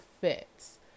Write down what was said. fits